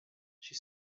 she